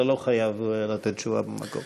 אתה לא חייב לתת עליהן תשובה במקום.